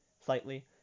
slightly